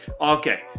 okay